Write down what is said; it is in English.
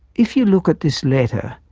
if you look at this letter,